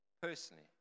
personally